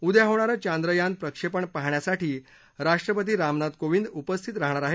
उद्या होणारं चांद्रयान प्रक्षेपण पाहण्यासाठी राष्ट्रपती रामनाथ कोविंद उपस्थित राहणार आहेत